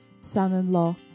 son-in-law